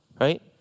Right